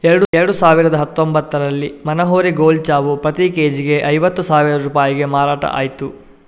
ಎರಡು ಸಾವಿರದ ಹತ್ತೊಂಭತ್ತರಲ್ಲಿ ಮನೋಹರಿ ಗೋಲ್ಡ್ ಚಾವು ಪ್ರತಿ ಕೆ.ಜಿಗೆ ಐವತ್ತು ಸಾವಿರ ರೂಪಾಯಿಗೆ ಮಾರಾಟ ಆಯ್ತು